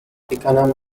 economically